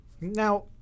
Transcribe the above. Now